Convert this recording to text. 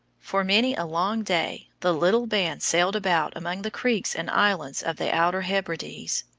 for many a long day the little band sailed about among the creeks and islands of the outer hebrides,